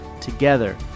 together